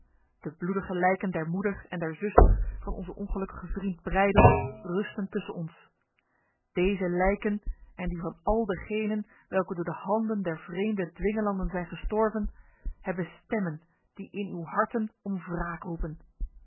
de bloedige lijken der moeder en der zuster van onze ongelukkige vriend breydel rusten tussen ons deze lijken en die van al degenen welke door de handen der vreemde dwingelanden zijn gestorven hebben stemmen die in uw harten om wraak roepen